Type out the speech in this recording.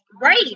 Right